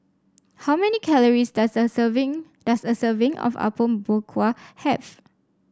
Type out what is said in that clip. how many calories does a serving does a serving of Apom Berkuah have